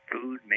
Food